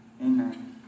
Amen